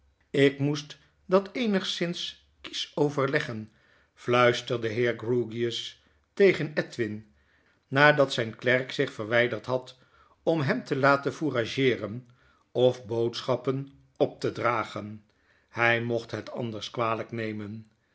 lk moest dat eenigszins kiesch overleggen fluisterde de heer grewgious tegen edwin nadat zijn klerk zich verwijderd had om hem te laten fourageeren of boodschappen op te dragen hij mocht het anders kwalijk nemen